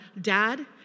dad